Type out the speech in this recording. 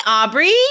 Aubrey